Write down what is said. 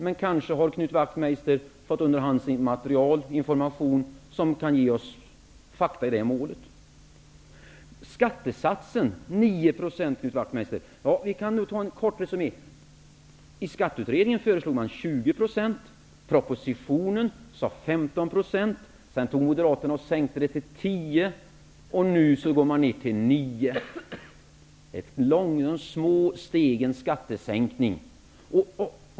Men Knut Wachtmeister har kanske fått underhandsmaterial, information som kan ge oss fakta i det målet. Beträffande skattesatsen 9 %, Knut Wachtmeister, kan jag göra en kort resumé. I skatteutredningen föreslogs 20 %. I propositionen föreslogs 15 %. Sedan sänkte Moderaterna den till 10 %. Och nu går man ned til 9 %. Det är de små stegens skattesänkning.